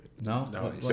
No